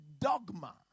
dogma